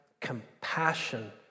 compassion